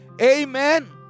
amen